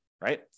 right